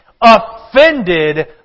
offended